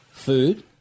Food